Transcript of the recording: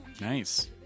Nice